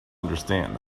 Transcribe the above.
understand